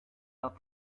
out